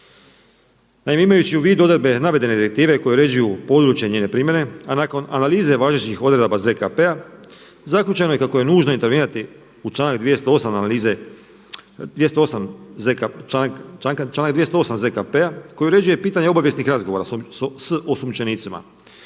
Naime, imajući u vidu odredbe navedene direktive koje uređuju područje njene primjene a nakon analize važećih odredaba ZKP-a zaključeno je kako je nužno intervenirati u članak 208. ZKP-a koji uređuje pitanje obavijesnih razgovora sa osumnjičenicima